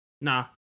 Nah